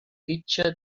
fitxa